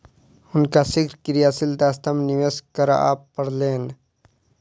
हुनका शीघ्र क्रियाशील दक्षता में निवेश करअ पड़लैन